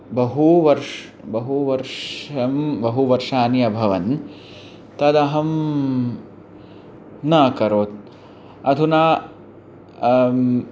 बहु वर्षं बहु वर्षं बहु वर्षाणि अभवन् तदहं न अकरोत् अधुना आम्